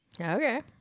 Okay